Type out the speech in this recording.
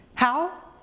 how?